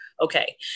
okay